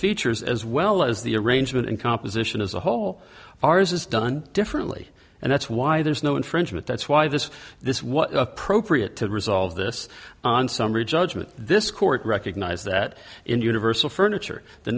features as well as the arrangement and composition as a whole ours is done differently and that's why there's no infringement that's why this this what appropriate to resolve this on summary judgment this court recognise that in the universal furniture the